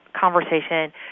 conversation